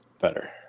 better